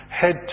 head